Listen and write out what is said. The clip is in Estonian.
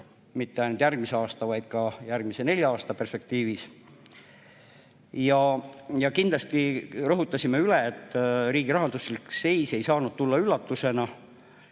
ainult järgmise aasta, vaid ka järgmise nelja aasta perspektiivis. Ja rõhutasime, et riigi rahanduslik seis ei saanud tulla üllatusena.